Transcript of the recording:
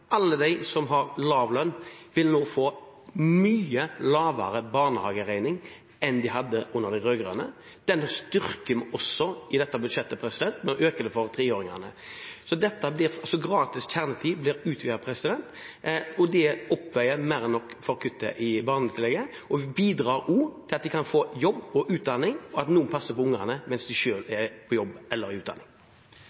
alle som er uføretrygdet, alle som har lav lønn, nå få en mye lavere barnehageregning enn de hadde under de rød-grønne. Dette styrker vi også i dette budsjettet: Gratis kjernetid blir utvidet til også å gjelde treåringer, og det oppveier mer enn nok for kuttet i barnetillegget. Det bidrar også til at en kan få jobb og utdanning at noen passer på barna mens en selv er på jobb eller under utdanning. Replikkordskiftet er omme. Det blir denne gangen en ganske spesiell budsjettdebatt, i